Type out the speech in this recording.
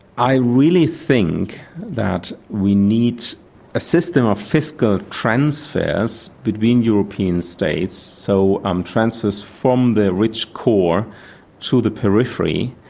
i really think that we need a system of fiscal transfers between european states, so um transfers from the rich core to the periphery,